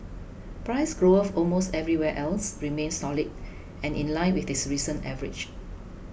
price growth almost everywhere else remained solid and in line with its recent average